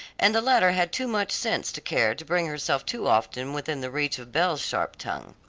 and the latter had too much sense to care to bring herself too often within the reach of belle's sharp tongue.